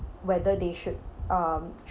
whether they should um